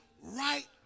Right